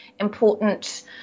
important